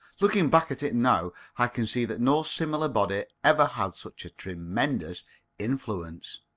looking back at it now, i can see that no similar body ever had such a tremendous influence.